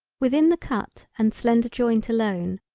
within the cut and slender joint alone,